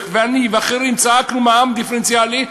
ואני ואחרים צעקנו: מע"מ דיפרנציאלי,